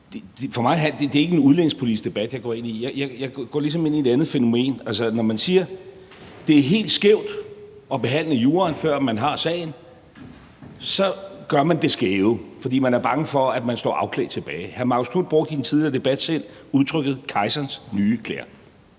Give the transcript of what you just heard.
er det ikke en udlændingepolitisk debat, jeg går ind i; jeg går ligesom ind i et andet fænomen. Altså, når man siger, at det er helt skævt at behandle juraen, før man har sagen, så gør man det skæve, fordi man er bange for, at man står afklædt tilbage. Hr. Marcus Knuth brugte i en tidligere debat selv udtrykket kejserens nye klæder